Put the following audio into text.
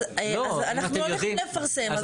אז אנחנו לא נפרסם.